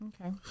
Okay